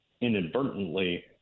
inadvertently